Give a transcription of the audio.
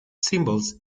symbols